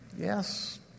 yes